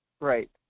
Right